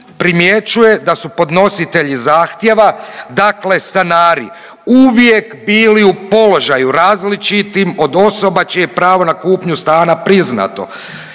primjećuje da su podnositelji zahtjeva dakle stanari uvijek bili u položaju različitim od osoba čije je pravo na kupnju stana priznato.